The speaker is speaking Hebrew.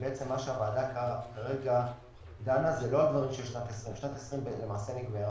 בעצם הוועדה כרגע דנה לא על דברים של שנת 2020. שנת 2020 למעשה נגמרה.